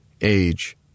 age